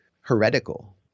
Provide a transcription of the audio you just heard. heretical